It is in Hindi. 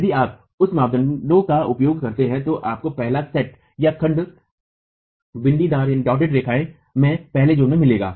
यदि आप उस मापदंडोंका उपयोग करते हैं तो आपको पहला सेटखंड बिंदीदार रेखाएँ में पहले ज़ोन में मिलेगा